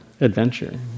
adventure